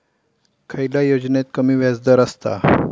खयल्या योजनेत कमी व्याजदर असता?